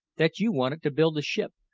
that you wanted to build a ship,